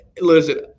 Listen